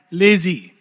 lazy